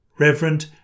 Reverend